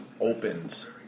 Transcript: opens